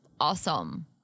awesome